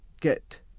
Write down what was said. get